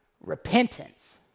Repentance